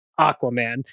Aquaman